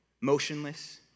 motionless